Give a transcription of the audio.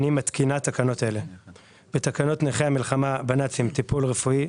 תקנות נכי המלחמה בנאצים (טיפול רפואי)